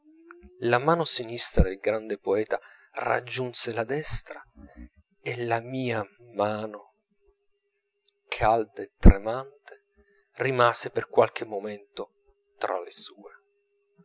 la mano sinistra del grande poeta raggiunse la destra e la mia mano calda e tremante rimase per qualche momento tra le sue